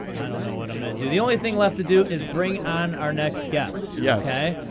i don't know what i'm going to do. the only thing left to do is bring on our next guest. yes. ok?